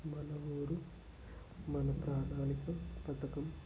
మన ఊరు మన ప్రణాళిక పథకం